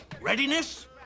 Readiness